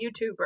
YouTuber